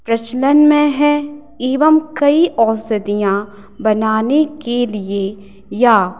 प्रचलन में है एवम कई औषधियाँ बनाने के लिए या